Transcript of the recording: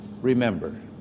remember